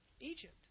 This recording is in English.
Egypt